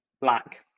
Black